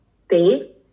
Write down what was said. space